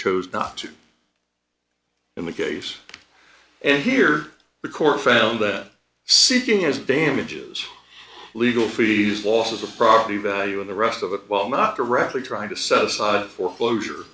chose not to in the case and here the court found that seeking as damages legal fees loss of property value in the rest of it while not directly trying to set aside foreclosure